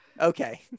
Okay